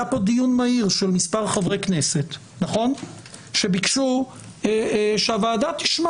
היה פה דיון מהיר של מספר חברי כנסת שביקשו שהוועדה תשמע